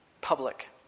public